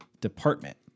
department